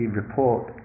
report